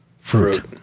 Fruit